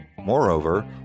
Moreover